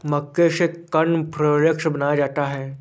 मक्के से कॉर्नफ़्लेक्स बनाया जाता है